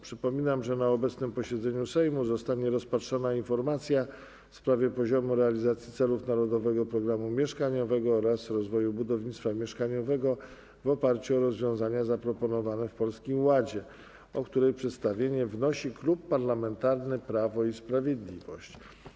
Przypominam, że na obecnym posiedzeniu Sejmu zostanie rozpatrzona informacja w sprawie poziomu realizacji celów Narodowego Programu Mieszkaniowego oraz rozwoju budownictwa mieszkaniowego w oparciu o rozwiązania zaproponowane w Polskim Ładzie, o której przedstawienie wnosi Klub Parlamentarny Prawo i Sprawiedliwość.